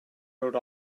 wrote